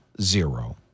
zero